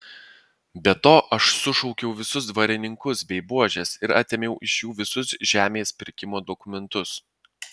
be to aš sušaukiau visus dvarininkus bei buožes ir atėmiau iš jų visus žemės pirkimo dokumentus